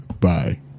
Bye